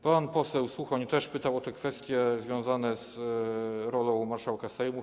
Pan poseł Suchoń też pytał o te kwestie związane z rolą marszałka Sejmu.